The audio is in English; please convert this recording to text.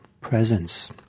presence